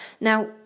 Now